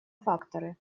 факторы